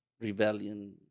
rebellion